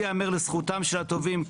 אין זכויות לפי חוק הנספים.